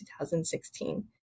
2016